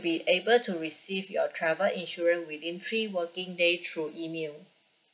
be able to receive your travel insurance within three working day through email